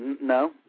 No